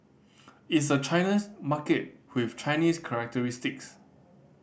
it's a China's market with Chinese characteristics